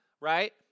right